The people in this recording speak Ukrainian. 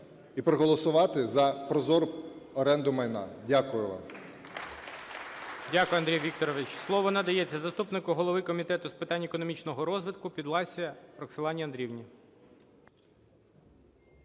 і проголосувати за прозору оренду майна. Дякую вам.